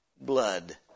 blood